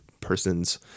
persons